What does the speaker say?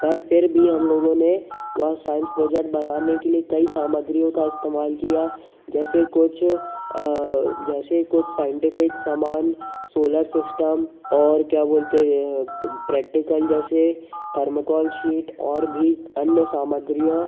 पर फिर भी हम लोगों ने वह साइंस प्रोजेट बनाने के लिए कई सामग्रियों का इस्तेमाल किया जैसे कुछ जैसे कुछ साइंटिफिक सामान सोलर सिस्टम और क्या बोलते प्रेक्टिकल जैसे थर्मोकॉल शीट और भी अन्य सामग्रियाँ